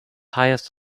highest